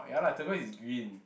ah ya lah turquoise is green